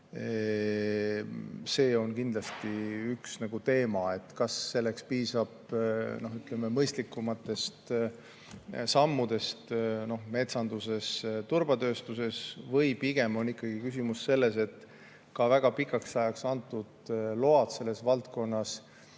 See on kindlasti üks teema, kas selleks piisab mõistlikumatest sammudest metsanduses ja turbatööstuses, või on pigem ikkagi küsimus selles, et ka väga pikaks ajaks selles valdkonnas